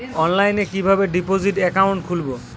অনলাইনে কিভাবে deposit account খুলবো?